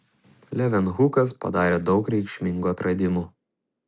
levenhukas padarė daug reikšmingų atradimų